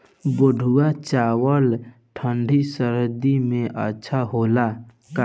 बैठुआ चावल ठंडी सह्याद्री में अच्छा होला का?